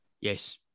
Yes